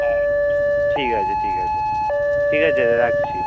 হ্যাঁ ঠিক আছে ঠিক আছে ঠিক আছে রাখছি